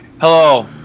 Hello